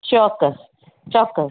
ચોક્કસ ચોક્કસ